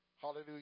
Hallelujah